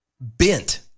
bent